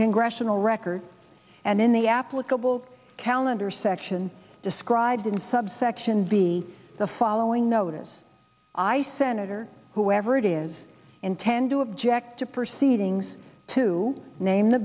congressional record and in the applicable calendar section described in subsection b the follow i sen whoever it is intend to object to proceed ings to name the